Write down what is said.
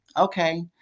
okay